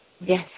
Yes